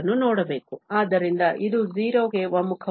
ಆದ್ದರಿಂದ ಇದು 0 ಗೆ ಒಮ್ಮುಖವಾಗುತ್ತದೆ